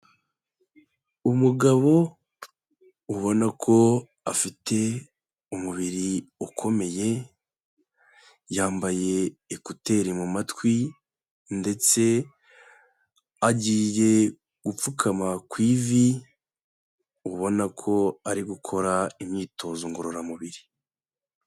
Umugabo ubona ko afite umubiri ukomeye, yambaye ekuteri mu matwi ndetse agiye gupfukama ku ivi, ubona ko ari gukora imyitozo ngororamubiri.